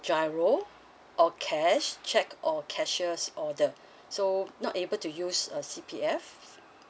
giro or cash cheque or cashiers order so not able to use uh C_P_F